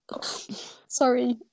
Sorry